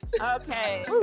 Okay